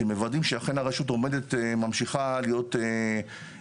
שמוודאים שאכן הרשות ממשיכה להיות איתנה,